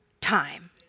time